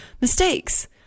mistakes